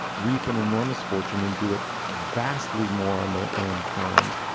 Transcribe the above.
reap an enormous fortune and do it vastly more on their own terms.